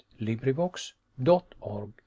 LibriVox.org